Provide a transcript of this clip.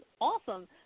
awesome